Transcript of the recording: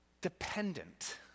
dependent